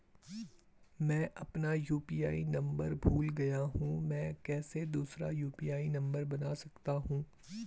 मैं अपना UPI number भूल गया हूँ मैं कैसे दूसरा यु.पी.आई नम्बर बना सकता हूँ?